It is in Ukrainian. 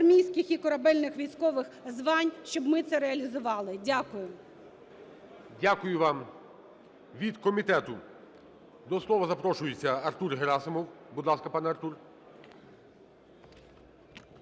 армійських і корабельних військових звань, щоб ми це реалізували. Дякую. ГОЛОВУЮЧИЙ. Дякую вам. Від комітету до слова запрошується Артур Герасимов. Будь ласка, пане Артур.